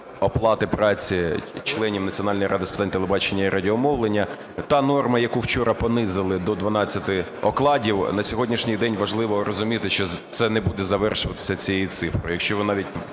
оплати праці членів Національної ради з питань телебачення і радіомовлення. Та норма, яку вчора понизили до 12 окладів, на сьогоднішній день важливо розуміти, що це не буде завершуватися цією цифрою.